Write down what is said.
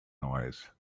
noise